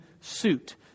suit